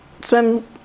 swim